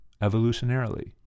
evolutionarily